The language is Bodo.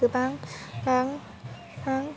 गोबां रां आं